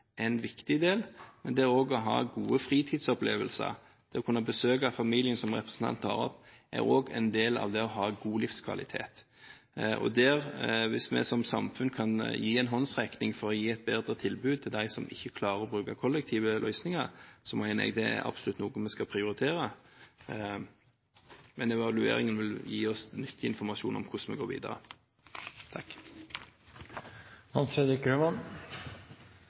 en viktig del, men det å ha gode fritidsopplevelser, det å kunne besøke familien, som representanten tar opp, er også en del av det å ha god livskvalitet. Og hvis vi som samfunn kan gi en håndsrekning for å gi et bedre tilbud til dem som ikke klarer å bruke kollektive løsninger, mener jeg det absolutt er noe vi skal prioritere, men evalueringen vil gi oss nyttig informasjon om hvordan vi går videre.